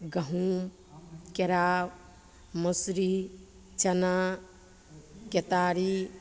गहूम केराउ मौसरी चना केतारी